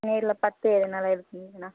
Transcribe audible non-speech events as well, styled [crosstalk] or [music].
நேரில் பார்த்து எதுன்னாலும் [unintelligible] ண்ணா